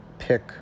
pick